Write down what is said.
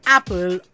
Apple